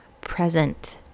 present